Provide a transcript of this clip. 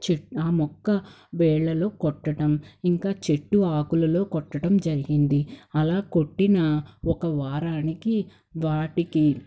చెట్ ఆ మొక్క వేళ్ళలో కొట్టటం ఇంకా చెట్టు ఆకులలో కొట్టటం జరిగింది అలా కొట్టిన ఒక వారానికి వాటికి